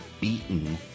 beaten